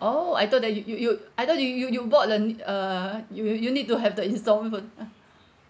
oh I thought that you you you I thought you you you bought uh need uh you'll you need to have the instalment first ah